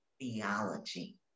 theology